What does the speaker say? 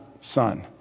Son